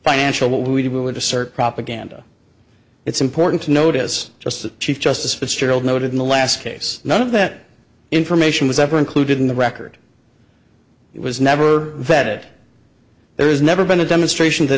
financial what we did we would assert propaganda it's important to notice just the chief justice fitzgerald noted in the last case none of that information was ever included in the record it was never vetted there's never been a demonstration that